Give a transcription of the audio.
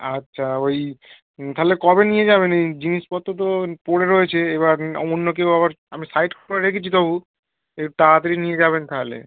আচ্চা ওই তাহলে কবে নিয়ে যাবেন এই জিনিসপত্র তো পরে রয়েছে এবার অন্য কেউ আবার আমি সাইড করে রেখেছি তবু এর তাড়াতাড়ি নিয়ে যাবেন তাহালে